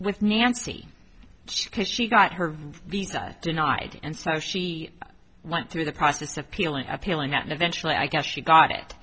with nancy because she got her visa denied and so she went through the process of peeling appealing out and eventually i guess she got it